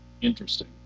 interesting